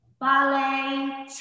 ballet